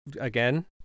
again